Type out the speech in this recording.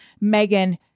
Megan